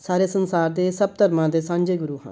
ਸਾਰੇ ਸੰਸਾਰ ਦੇ ਸਭ ਧਰਮਾਂ ਦੇ ਸਾਂਝੇ ਗੁਰੂ ਹਨ